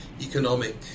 economic